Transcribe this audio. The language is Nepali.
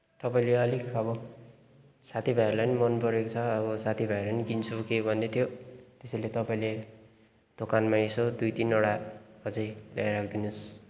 तपाईँले अलिक अब साथी भाइहरूलाई पनि मन परेको छ साथी भाइहरू पनि किन्छु के भन्दै थियो त्यसैले तपाईँले दोकानमा यसो दुई तिनवटा अझै ल्याएर राखिदिनुहोस्